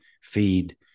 feed